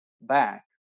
back